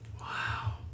Wow